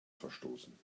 verstoßen